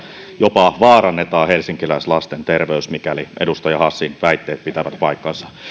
jopa vaarannetaan helsinkiläislasten terveys mikäli edustaja hassin väitteet pitävät paikkansa